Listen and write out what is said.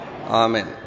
Amen